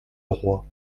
roi